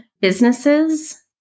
businesses